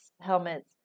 helmets